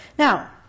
Now